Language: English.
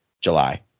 July